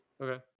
Okay